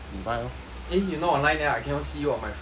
eh you not online leh I cannot see you on my friend list